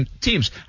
teams